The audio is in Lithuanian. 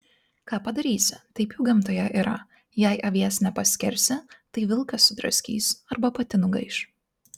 ką padarysi taip jau gamtoje yra jei avies nepaskersi tai vilkas sudraskys arba pati nugaiš